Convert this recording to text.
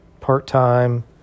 part-time